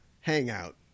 hangout